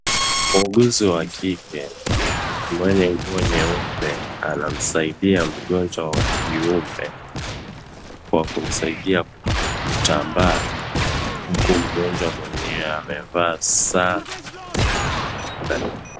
Muuguzi wa kike mwenye nguo nyeupe anamsaidia mgonjwa wa kiume, kwa kumsaidia kutambaa huku mgonjwa mwenyewe amevaa sare.